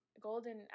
golden